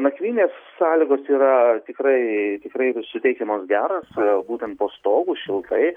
nakvynės sąlygos yra tikrai tikrai vis suteikiamos geros būtent po stogu šiltai